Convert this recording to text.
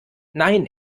nein